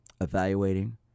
evaluating